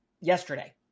yesterday